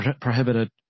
prohibited